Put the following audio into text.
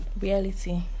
reality